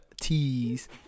tees